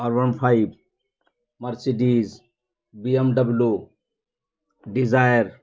R one five Mercedes BMW desire